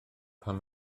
pan